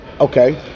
okay